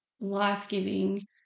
life-giving